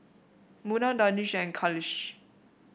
Munah Danish and Khalish